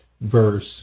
verse